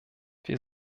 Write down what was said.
wir